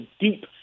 deep